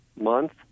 month